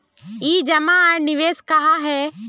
ई जमा आर निवेश का है?